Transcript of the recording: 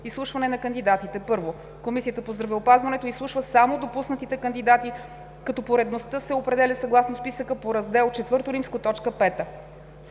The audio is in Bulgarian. Изслушване на кандидатите 1. Комисията по здравеопазването изслушва само допуснатите кандидати, като поредността се определя съгласно списъка по Раздел IV, т.